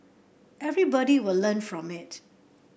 everybody will learn from it